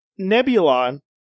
Nebulon